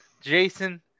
Jason